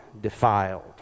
defiled